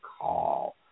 call